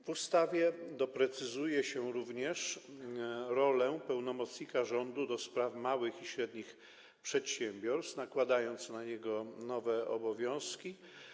W ustawie doprecyzowuje się również rolę pełnomocnika rządu do spraw małych i średnich przedsiębiorstw poprzez nałożenie na niego nowych obowiązków.